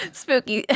spooky